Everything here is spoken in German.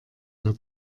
der